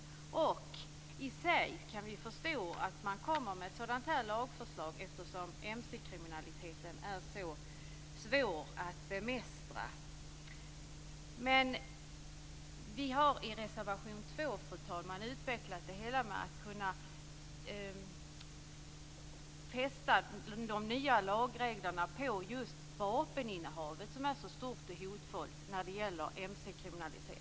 I och för sig kan vi förstå att man kommer med ett sådant här lagförslag eftersom mc-kriminaliteten är så svår att bemästra. Vi har i reservation 2, fru talman, utvecklat det hela med att kunna fästa de nya lagreglerna på vapeninnehavet som är så stort och hotfullt när det gäller mc-kriminaliteten.